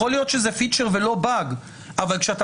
יכול להיות שזה פיצ'ר ולא באג אבל כשאתה